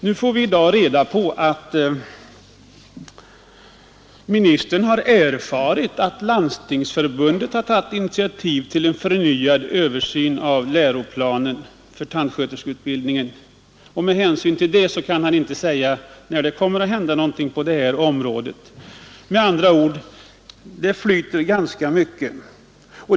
I dag har vi fått veta att statsrådet erfarit att Landstingsförbundet tagit initiativ till en förnyad översyn av läroplanen för tandsköterskeutbildningen. Med hänsyn till det kan statsrådet inte säga när det kommer att hända någonting på detta område. Det flyter med andra ord.